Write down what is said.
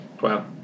Wow